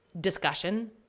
discussion